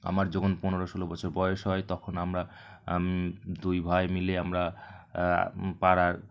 আমার যখন পনেরো ষোলো বছর বয়স হয় তখন আমরা দুই ভাই মিলে আমরা পাড়ার